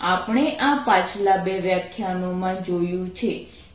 આપણે આ પાછલા બે વ્યાખ્યાનોમાં જોયું છે